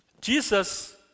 Jesus